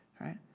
right